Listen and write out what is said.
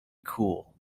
cool